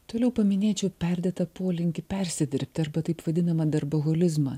toliau paminėčiau perdėtą polinkį persidirbti arba taip vadinamą darbaholizmą